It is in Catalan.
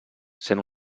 sent